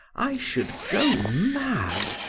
i should go mad.